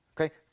Okay